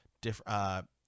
different